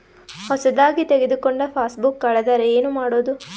ಹೊಸದಾಗಿ ತೆಗೆದುಕೊಂಡ ಪಾಸ್ಬುಕ್ ಕಳೆದರೆ ಏನು ಮಾಡೋದು?